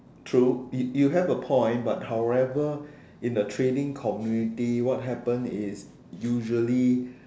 true you you have a point but however in the trading community what happen is usually